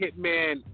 Hitman